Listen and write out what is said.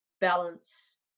balance